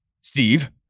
Steve